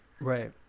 Right